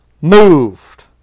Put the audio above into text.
moved